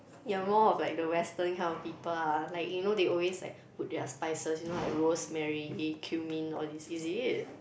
you're more of like the western kind of people ah like you know they always like put their spices you know like rosemary cumin all these is it